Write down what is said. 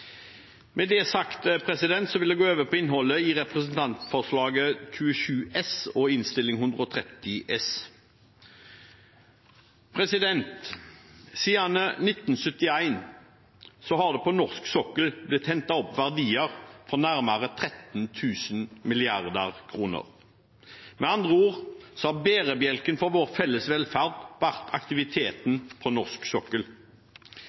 det er sagt, vil jeg gå over på innholdet i representantforslaget, Dokument 8:27 S, og Innst. 130 S. Siden 1971 har det på norsk sokkel blitt hentet opp verdier for nærmere 13 000 mrd. kr. Med andre ord har bærebjelken for vår felles velferd vært aktiviteten på norsk sokkel.